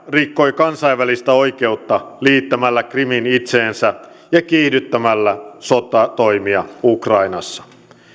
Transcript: rikkoi kansainvälistä oikeutta liittämällä krimin itseensä ja kiihdyttämällä sotatoimia ukrainassa